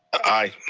aye.